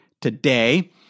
today